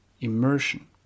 Immersion